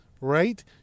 Right